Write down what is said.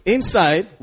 Inside